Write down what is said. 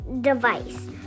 device